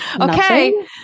Okay